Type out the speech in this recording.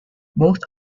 both